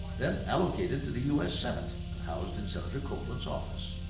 then allocated to the u s. senate and housed in senator copeland's office.